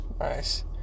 Nice